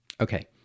Okay